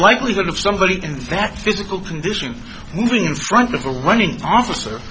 likelihood of somebody in that physical condition moving in front of a running officer